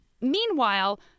Meanwhile